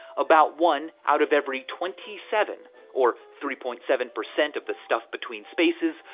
about one out of every twenty seven or three point seven percent of the stuff between spaces,